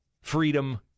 freedom